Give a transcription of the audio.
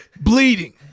Bleeding